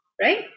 right